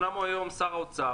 אומנם היום הוא שר האוצר,